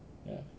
ya